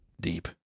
deep